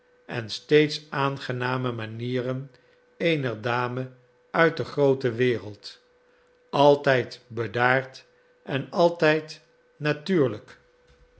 en steeds aangename manieren eener dame uit de groote wereld altijd bedaard en altijd natuurlijk